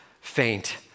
faint